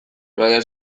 baina